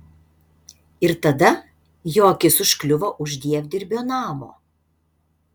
ir tada jo akis užkliuvo už dievdirbio namo